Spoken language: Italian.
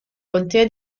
contea